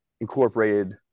incorporated